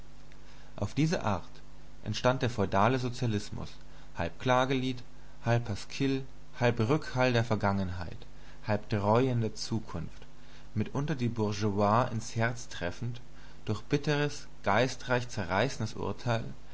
auf diese art entstand der feudalistische sozialismus halb klagelied halb pasquill halb rückhall der vergangenheit halb dräuen der zukunft mitunter die bourgeoisie ins herz treffend durch bitteres geistreich zerreißendes urteil